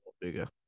bigger